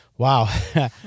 Wow